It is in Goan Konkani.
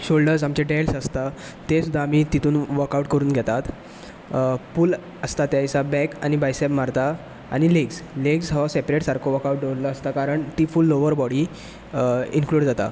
शोलडर्स आमचे आसता ते सुद्दा आमी तितून वर्क आवट करून घेतात पूल आसता त्या दिसा बेक आनी बायसेप मारतात आनी लेग्स लेग्स हो सेपरेट सारको वर्क आवट दवरिल्लो आसा ती full lower body work out जाता